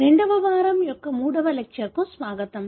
రెండవ వారం యొక్క మూడవ లెక్చర్ కు స్వాగతం